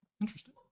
interesting